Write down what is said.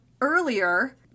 earlier